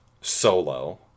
Solo